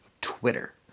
Twitter